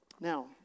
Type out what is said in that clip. Now